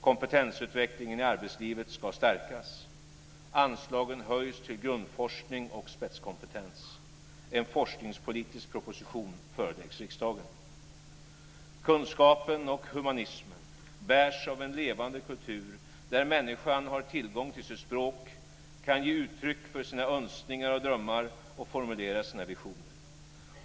Kompetensutvecklingen i arbetslivet ska stärkas. Anslagen höjs till grundforskning och spetskompetens. En forskningspolitisk proposition föreläggs riksdagen. Kunskapen och humanismen bärs av en levande kultur, där människan har tillgång till sitt språk, kan ge uttryck för sina önskningar och drömmar och formulera sina visioner.